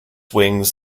wings